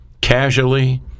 casually